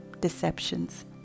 deceptions